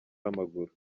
w’amaguru